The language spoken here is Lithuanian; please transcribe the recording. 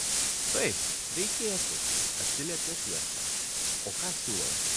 taip reikėtų atsiliepė fiesta o ką siūlai